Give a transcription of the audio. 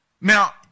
now